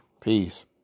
Peace